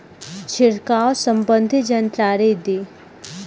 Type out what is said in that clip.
छिड़काव संबंधित जानकारी दी?